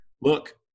look